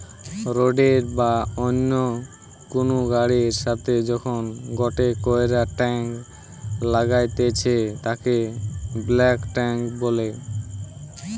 রোডের বা অন্য কুনু গাড়ির সাথে যখন গটে কইরা টাং লাগাইতেছে তাকে বাল্ক টেংক বলে